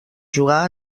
jugar